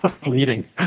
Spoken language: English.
bleeding